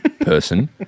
person